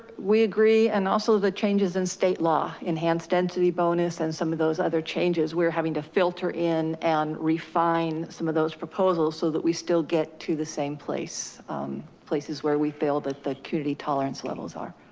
we agree. and also the changes in state law, enhanced density bonus, and some of those other changes we're having to filter in and refine some of those proposals so that we still get to the same places where we feel that the acuity tolerance levels are.